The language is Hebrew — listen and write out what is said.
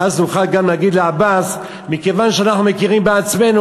ואז גם נוכל להגיד לעבאס: מכיוון שאנחנו מכירים בעצמנו,